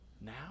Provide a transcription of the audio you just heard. now